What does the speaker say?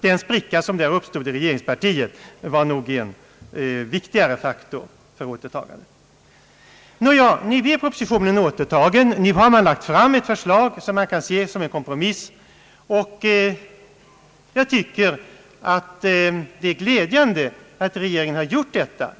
Den spricka som uppstod i regeringspartiet i denna fråga var nog en viktigare faktor för återtagandet av propositionen än mittenpartiernas ändringsförslag. Propositionen blev alltså återtagen. Nu har man lagt fram ett förslag, som kan ses som en kompromiss, och det är glädjande att regeringen gjort detta.